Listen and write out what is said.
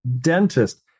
dentist